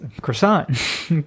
Croissant